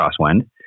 crosswind